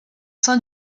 sein